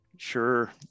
Sure